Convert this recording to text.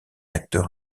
acteur